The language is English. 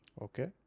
Okay